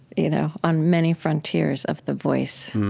you know, on many frontiers of the voice.